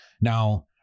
Now